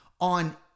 on